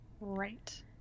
right